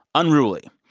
unruly.